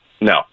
no